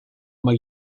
uma